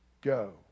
go